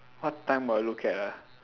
what time will I look at ah